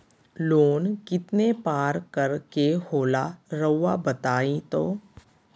Loan कितने पारकर के होला रऊआ बताई तो?